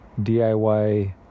DIY